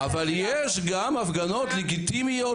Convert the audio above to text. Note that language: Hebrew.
יש גם הפגנות לגיטימיות,